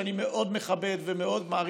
שאני מאוד מכבד ומאוד מעריך,